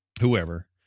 whoever